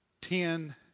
ten